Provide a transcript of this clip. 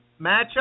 matchup